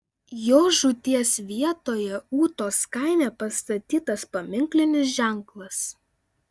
jo žūties vietoje ūtos kaime pastatytas paminklinis ženklas